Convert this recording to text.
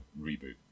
reboot